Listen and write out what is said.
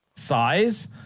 Size